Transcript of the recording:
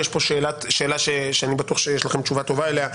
יש פה שאלה שאני בטוח שיש לכם תשובה טובה אליה,